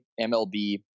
MLB